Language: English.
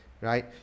Right